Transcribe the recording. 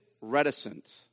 reticent